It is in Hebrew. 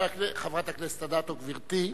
חברת הכנסת אדטו, גברתי.